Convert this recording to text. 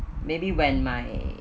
maybe when my